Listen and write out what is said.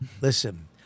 listen